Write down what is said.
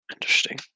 Interesting